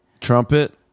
Trumpet